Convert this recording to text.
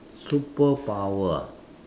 superpower ah